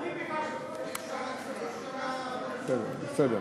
אני ביקשתי, בסדר, בסדר,